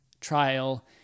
trial